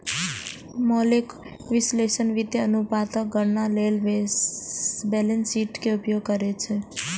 मौलिक विश्लेषक वित्तीय अनुपातक गणना लेल बैलेंस शीट के उपयोग करै छै